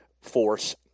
Force